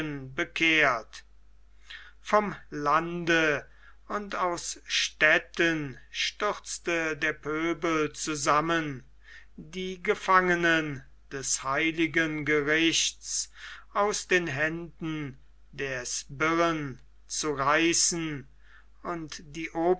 bekehrt vom lande und aus städten stürzte der pöbel zusammen die gefangenen des heiligen gerichts aus den händen der sbirren zu reißen und die